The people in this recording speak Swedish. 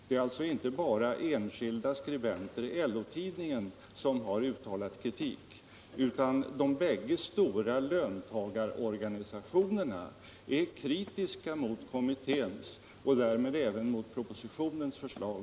Det är alltså inte bara enskilda skribenter i LO-tidningen som har uttalat kritik, utan de bägge stora löntagarorganisationerna är på avgörande punkter kritiska mot kommitténs och därmed även mot propositionens förslag.